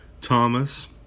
Thomas